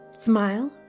Smile